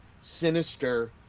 Sinister